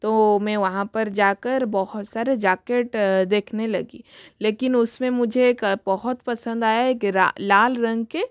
तो मैं वहाँ पर जा कर बहुत सारे जाकेट देखने लगी लेकिन उसमें मुझे एक बहुत पसंद आया एक लाल रंग के